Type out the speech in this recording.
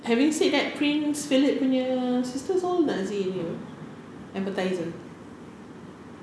having said that prince philip punya sisters all nazis you know advertisers